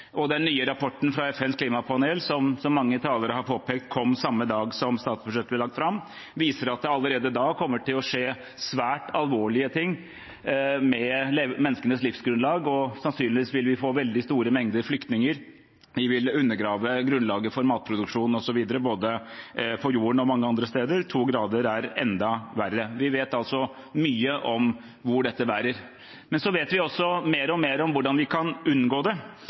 og den nye rapporten fra FNs klimapanel, som så mange talere har påpekt kom samme dag som statsbudsjettet ble lagt fram, viser at det allerede da kommer til å skje svært alvorlige ting med menneskenes livsgrunnlag. Sannsynligvis vil vi få veldig store mengder flyktninger, vi vil undergrave grunnlaget for matproduksjon mange steder på jorden osv. To grader er enda verre. Vi vet altså mye om hvor dette bærer. Vi vet også mer og mer om hvordan vi kan unngå det.